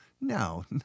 no